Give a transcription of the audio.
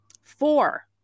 four